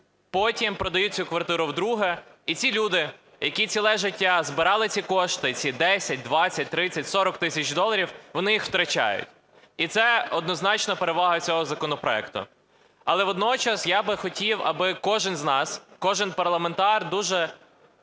потім продає цю квартиру вдруге. І ці люди, які ціле життя збирали ці кошти, ці 10, 20, 30, 40 тисяч доларів, вони їх втрачають. І це однозначно перевага цього законопроекту. Але водночас я би хотів, аби кожен з нас, кожен парламентар дуже